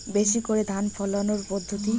বেশি করে ধান ফলানোর পদ্ধতি?